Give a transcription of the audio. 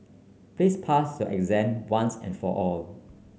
please pass your exam once and for all